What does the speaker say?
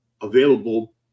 Available